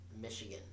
Michigan